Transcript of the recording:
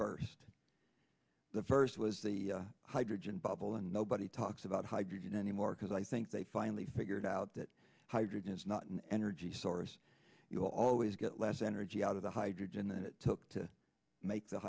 burst the first was the hydrogen bubble and nobody talks about hydrogen anymore because i think they finally figured out that hydrogen is not an energy source you always get less energy out of the hydrogen that it took to make the